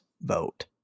vote